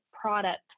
product